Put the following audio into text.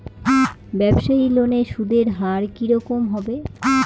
ব্যবসায়ী লোনে সুদের হার কি রকম হবে?